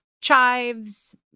chives